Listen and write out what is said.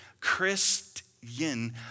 Christian